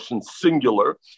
singular